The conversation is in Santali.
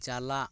ᱪᱟᱞᱟᱜ